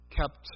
kept